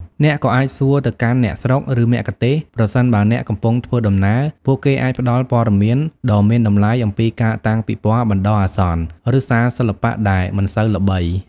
អ្នកក៏អាចសួរទៅកាន់អ្នកស្រុក ឬមគ្គុទ្ទេសក៍ ប្រសិនបើអ្នកកំពុងធ្វើដំណើរ ពួកគេអាចផ្តល់ព័ត៌មានដ៏មានតម្លៃអំពីការតាំងពិពណ៌បណ្តោះអាសន្ន ឬសាលសិល្បៈដែលមិនសូវល្បី។